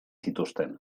zituzten